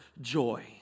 joy